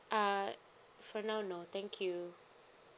uh for now no thank you